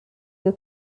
your